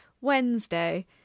Wednesday